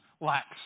lacks